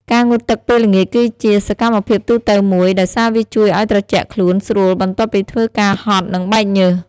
ការងូតទឹកពេលល្ងាចគឺជាសកម្មភាពទូទៅមួយ ដោយសារវាជួយឱ្យត្រជាក់ខ្លួនស្រួលបន្ទាប់ពីធ្វើការហត់ និងបែកញើស។